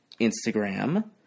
Instagram